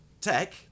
tech